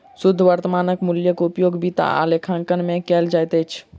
शुद्ध वर्त्तमान मूल्यक उपयोग वित्त आ लेखांकन में कयल जाइत अछि